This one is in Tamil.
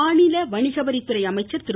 மாநில வணிகவரி துறை அமைச்சர் திரு